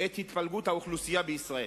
את התפלגות האוכלוסייה בישראל.